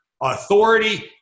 authority